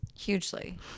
Hugely